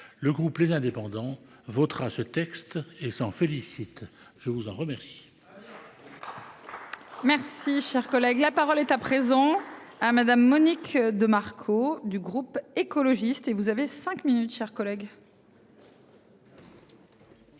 Le groupe les indépendants votera ce texte et s'en félicite. Je vous en remercie. Merci, cher collègue, la parole est à présent hein madame Monique de Marco du groupe écologiste et vous avez 5 minutes, chers collègues.